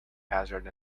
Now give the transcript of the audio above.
hazard